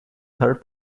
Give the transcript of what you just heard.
third